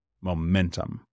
momentum